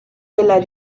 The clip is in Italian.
della